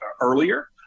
earlier